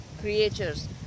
creatures